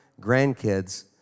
grandkids